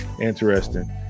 interesting